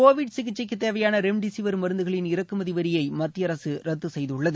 Covid சிகிச்சைக்கு தேவையான remdesivir மருந்துகளின் இறக்குமதி வரியை மத்திய அரசு தளர்த்தியுள்ளது